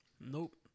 Nope